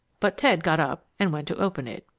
but ted got up and went to open it.